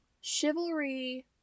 chivalry